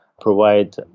provide